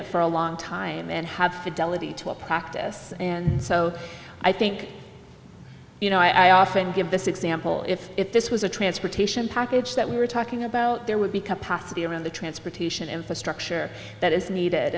it for a long time and have fidelity to a practice and so i think you know i often give this example if if this was a transportation package that we were talking about there would become possibly around the transportation infrastructure that is needed